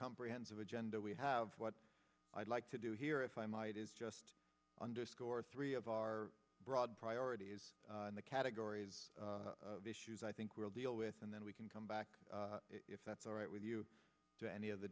comprehensive agenda we have what i'd like to do here if i might is just underscore three of our broad priorities in the categories of issues i think we'll deal with and then we can come back if that's alright with you to any of the